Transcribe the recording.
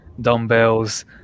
dumbbells